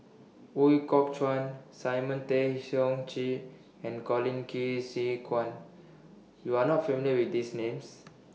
Ooi Kok Chuen Simon Tay Seong Chee and Colin Qi Zhe Quan YOU Are not familiar with These Names